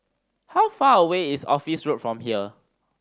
how far away is Office Road from here